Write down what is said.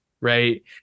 right